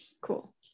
Cool